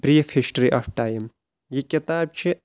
brief history of time یہِ کِتاب چھِ